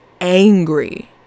angry